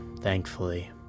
thankfully